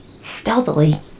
stealthily